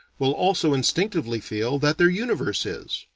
will also instinctively feel that their universe is.